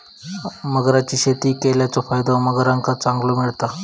मगरांची शेती केल्याचो फायदो मगरांका चांगलो मिळता